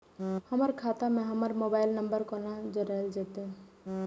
हमर खाता मे हमर मोबाइल नम्बर कोना जोरल जेतै?